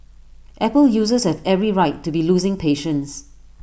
apple users have every right to be losing patience